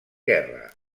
guerra